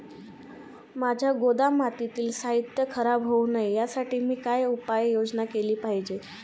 माझ्या गोदामातील साहित्य खराब होऊ नये यासाठी मी काय उपाय योजना केली पाहिजे?